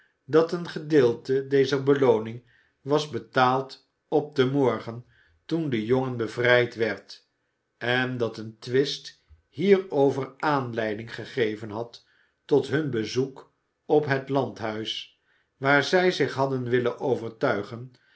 dat een gedeelte dezer belooning was betaald op den morgen toen de jongen bevrijd werd en dat een twist hierover aanleiding gegeven had tot hun bezoek op het landhuis waar zij zich hadden willen overtuigen